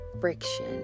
friction